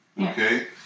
Okay